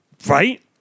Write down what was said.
Right